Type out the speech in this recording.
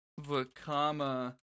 Vakama